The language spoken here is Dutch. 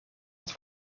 wat